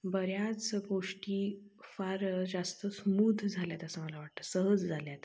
बऱ्याच गोष्टी फार जास्त स्मूथ झाल्या आहेत असं मला वाटतं सहज झाल्या आहेत